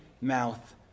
mouth